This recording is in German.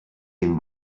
dem